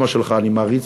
ואת אימא שלך אני מעריץ,